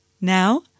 Now